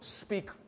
speak